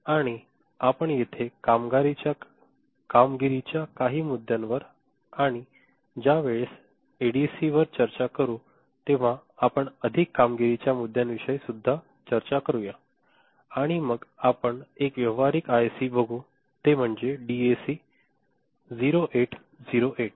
आणि आपण येथे कामगिरीच्या काही मुद्द्यांवर आणि ज्या वेलेस एडीसीवर चर्चा करू तेव्हा आपण अधिक कामगिरीच्या मुद्द्यांविषयी सुद्धा चर्चा क़रुया आणि मग आपण एक व्यावहारिक आयसी बघू ते म्हणजे डीएसी 0808